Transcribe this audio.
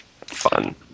fun